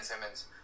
Simmons